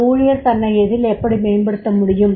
ஒரு ஊழியர் தன்னை எதில் எப்படி மேம்படுத்த முடியும்